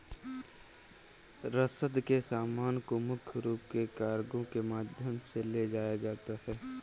रसद के सामान को मुख्य रूप से कार्गो के माध्यम से ले जाया जाता था